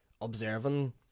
observing